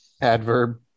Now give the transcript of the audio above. adverb